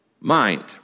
mind